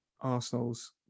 Arsenal's